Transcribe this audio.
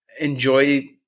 enjoy